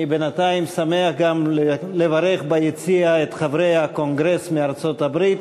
אני בינתיים שמח גם לברך את חברי הקונגרס מארצות-הברית,